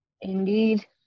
Indeed